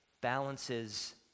balances